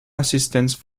assistance